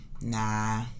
Nah